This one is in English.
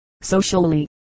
socially